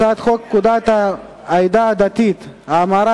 הצעת חוק לתיקון פקודת העדה הדתית (המרה)